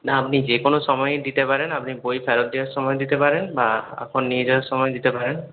না আপনি যে কোনো সময়েই দিতে পারেন আপনি বই ফেরত দেওয়ার সময়ও দিতে পারেন বা এখন নিয়ে যাওয়ার সময়ও দিতে পারেন